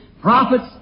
prophets